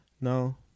No